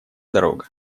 дорога